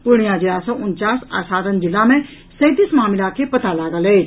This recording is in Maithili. पूर्णिया जिला सॅ उनचास आ सारण जिला मे सैंतीस मामिला के पता लागल अछि